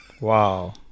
Wow